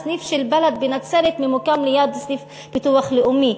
הסניף של בל"ד בנצרת ממוקם ליד סניף ביטוח לאומי.